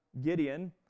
Gideon